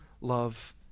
love